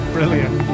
Brilliant